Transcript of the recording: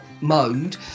mode